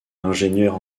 l’ingénieur